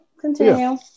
Continue